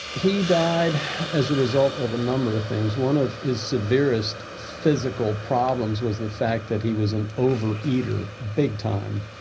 he died as a result of a number of things. one of his severest physical problems was the fact that he was an over eater big time,